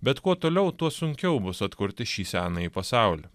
bet kuo toliau tuo sunkiau bus atkurti šį senąjį pasaulį